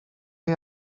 chi